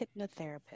hypnotherapist